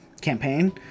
campaign